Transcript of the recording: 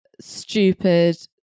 stupid